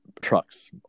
trucks